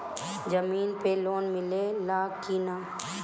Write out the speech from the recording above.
जमीन पे लोन मिले ला की ना?